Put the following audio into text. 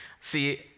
See